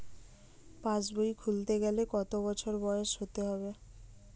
পাশবই খুলতে গেলে কত বছর বয়স হতে হবে?